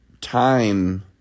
time